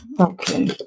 Okay